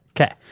Okay